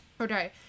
Okay